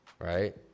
Right